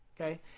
okay